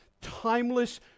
timeless